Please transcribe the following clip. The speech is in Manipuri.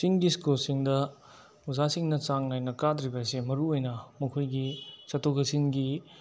ꯆꯤꯡꯒꯤ ꯁ꯭ꯀꯨꯜꯁꯤꯡꯗ ꯑꯣꯖꯥꯁꯤꯡꯅ ꯆꯥꯡ ꯅꯥꯏꯅ ꯀꯥꯗ꯭ꯔꯤꯕꯁꯤ ꯃꯔꯨ ꯑꯣꯏꯅ ꯃꯈꯣꯏꯒꯤ ꯆꯠꯊꯣꯛ ꯆꯠꯁꯤꯟꯒꯤ